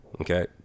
Okay